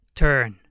turn